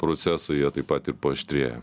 procesai jie taip pat ir paaštrėja